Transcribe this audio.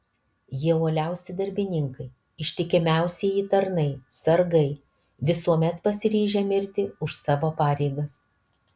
jie uoliausi darbininkai ištikimiausieji tarnai sargai visuomet pasiryžę mirti už savo pareigas